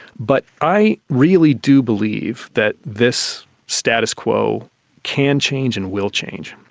but i really do believe that this status quo can change and will change.